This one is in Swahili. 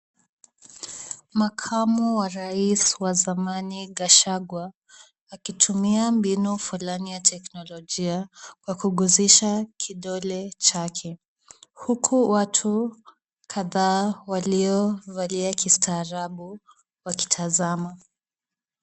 Makamu wa rais wa zamani Gachagua akitumia mbinu fulani ya teknolojia kwa kuguzisha kidole chake huku watu kadhaa waliovalia kistaarabu wakitazama.